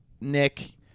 Nick